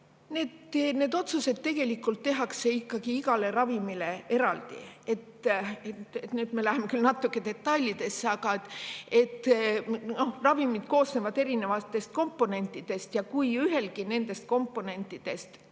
Need otsused tegelikult tehakse ikkagi iga ravimi puhul eraldi. Nüüd me läheme küll natuke detailidesse, aga ravimid koosnevad erinevatest komponentidest ja kui ühelgi nendest komponentidest